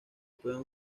pueden